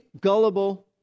gullible